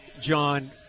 John